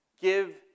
Give